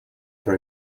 for